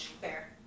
Fair